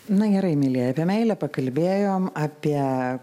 na gerai mielieji apie meilę pakalbėjom apie